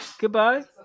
Goodbye